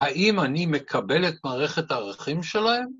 ‫האם אני מקבל את מערכת הערכים שלהם?